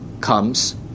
comes